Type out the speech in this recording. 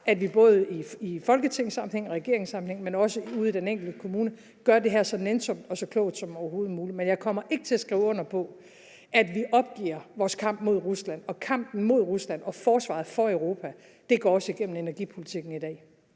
at vi både i folketingssammenhæng og i regeringssammenhæng, men også ude i den enkelte kommune gør det her så nænsomt og så klogt som overhovedet muligt; men jeg kommer ikke til at skrive under på, at vi opgiver vores kamp mod Rusland. Kampen mod Rusland og forsvaret for Europa går også gennem energipolitikken i dag.